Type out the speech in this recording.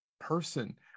person